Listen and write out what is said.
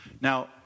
Now